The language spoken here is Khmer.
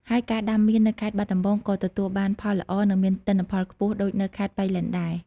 ហើយការដាំមៀននៅខេត្តបាត់ដំបងក៏ទទួលបានផលល្អ និងមានទិន្នផលខ្ពស់ដូចនៅខេត្តប៉ៃលិនដែរ។